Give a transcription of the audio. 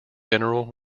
general